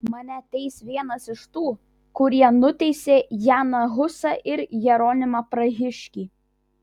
mane teis vienas iš tų kurie nuteisė janą husą ir jeronimą prahiškį